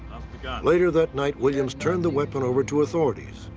later that night, williams turned the weapon over to authorities.